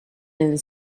and